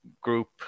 group